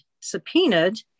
subpoenaed